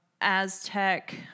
Aztec